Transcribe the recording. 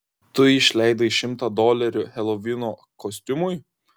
tu išleidai šimtą dolerių helovino kostiumui